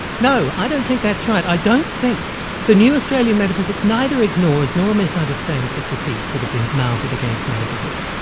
no, i don't think that's right, i don't think the new australian metaphysics neither ignores nor misunderstands the critiques that have been mounted against metaphysics.